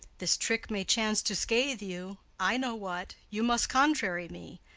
this trick may chance to scathe you. i know what. you must contrary me!